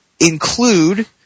include